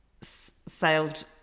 sailed